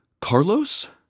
Carlos